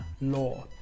law